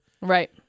Right